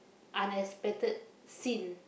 unexpected scene